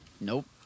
Nope